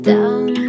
Down